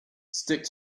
stick